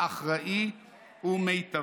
אחראי ומיטבי.